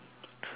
so